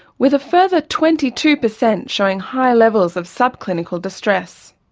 with a further twenty two percent showing higher levels of subclinical distress.